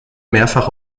mehrfach